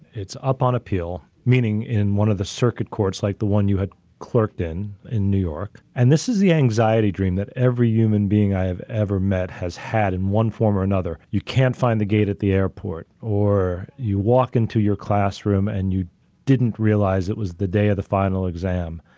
it's up on appeal, meaning in one of the circuit courts like the one you had clerked in, in new york, and this is the anxiety dream that every human being i've ever met has had in one form or another. you can't find the gate at the airport, or you walk into your classroom and you didn't realize it was the day of the final exam.